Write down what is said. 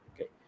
Okay